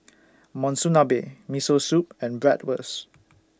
Monsunabe Miso Soup and Bratwurst